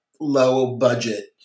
low-budget